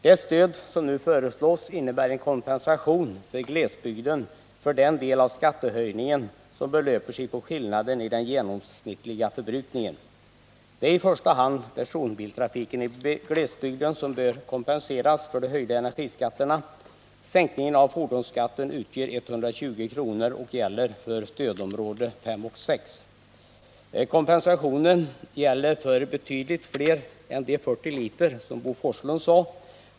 Det stöd som nu föreslås innebär en kompensation för glesbygden för den del av skattehöjningen som belöper sig på skillnaden i den genomsnittliga förbrukningen. Det är i första hand personbilstrafiken i glesbygden som bör kompenseras för de höjda energiskatterna. Sänkningen av fordonsskatten utgör 120 kr. och gäller för stödområdena 5 och 6. Kompensationen gäller betydligt mer än de 40 liter Bo Forslund nämnde.